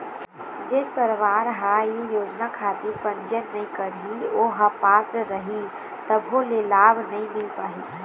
जेन परवार ह ये योजना खातिर पंजीयन नइ करही ओ ह पात्र रइही तभो ले लाभ नइ मिल पाही